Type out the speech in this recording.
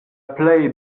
plej